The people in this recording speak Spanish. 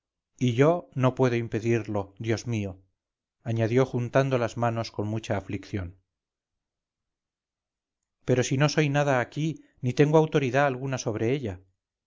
y yo no puedo impedirlo dios mío añadió juntando las manos con mucha aflicción pero si no soy nada aquí ni tengo autoridad alguna sobre ella